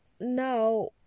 now